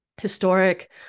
historic